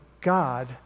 God